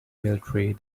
military